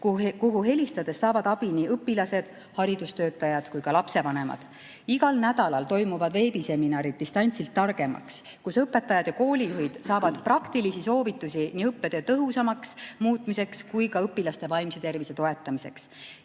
kuhu helistades saavad abi nii õpilased, haridustöötajad kui ka lapsevanemad. Igal nädalal toimuvad veebiseminarid "Distantsilt targemaks", kus õpetajad ja koolijuhid saavad praktilisi soovitusi nii õppetöö tõhusamaks muutmiseks kui ka õpilaste vaimse tervise toetamiseks.